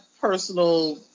personal